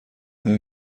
آیا